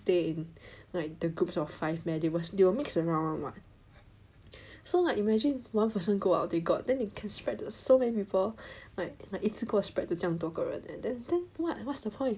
stay in like the group of five meh they will mix around [one] [what] so like imagine one person go out they got then they can can spread to so many people like like 一次过 spread to 这样多人 eh then then what's the point